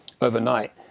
overnight